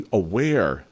aware